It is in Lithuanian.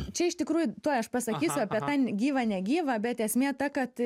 čia iš tikrųjų tuoj aš pasakysiu apie tą gyvą negyvą bet esmė ta kad